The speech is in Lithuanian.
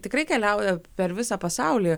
tikrai keliauja per visą pasaulį